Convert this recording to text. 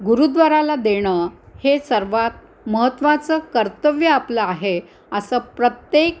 गुरुद्वाराला देणं हे सर्वात महत्त्वाचं कर्तव्य आपलं आहे असं प्रत्येक